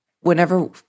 whenever